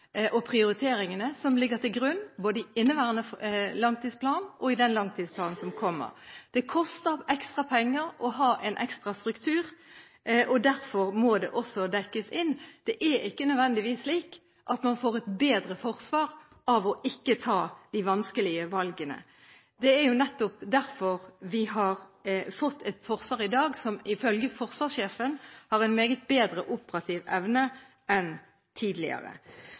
og prioriteringene som ligger til grunn både i inneværende langtidsplan og i den langtidsplanen som kommer. Det koster ekstra å ha en ekstra struktur, og derfor må det dekkes inn. Man får ikke nødvendigvis et bedre forsvar av ikke å ta de vanskelige valgene. Det er nettopp derfor vi i dag har fått et forsvar som ifølge forsvarssjefen har en meget bedre operativ evne enn tidligere.